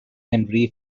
henry